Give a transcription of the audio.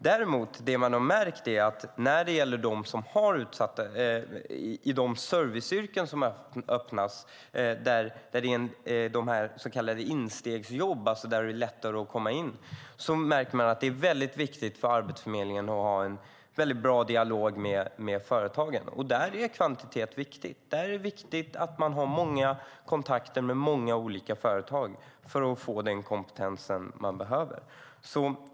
Det man däremot har märkt när det gäller de serviceyrken som öppnas och de så kallade instegsjobben, där det är lättare att komma in, är att det är väldigt viktigt för Arbetsförmedlingen att ha en bra dialog med företagen. Där är kvantitet viktigt. Där är det viktigt att man har många kontakter med många olika företag för att få den kompetens man behöver.